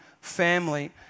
family